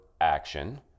action